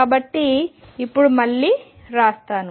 కాబట్టి ఇప్పుడు మళ్ళీ వ్రాస్తాను